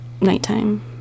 nighttime